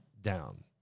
down